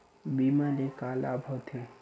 बीमा ले का लाभ होथे?